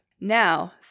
Now